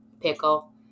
Pickle